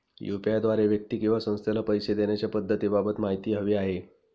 UPI द्वारे व्यक्ती किंवा संस्थेला पैसे देण्याच्या पद्धतींबाबत माहिती हवी आहे